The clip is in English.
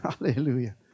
hallelujah